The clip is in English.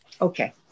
Okay